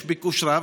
יש ביקוש רב.